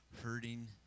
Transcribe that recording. hurting